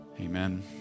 Amen